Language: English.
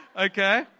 Okay